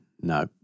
no